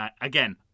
again